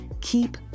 keep